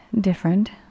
different